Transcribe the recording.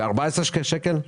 ב-14 שקלים?